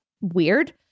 weird